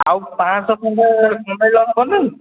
ଆଉ ପାଞ୍ଚଶହ ଖଣ୍ଡେ କମେଇଲେ ହେବନି